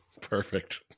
Perfect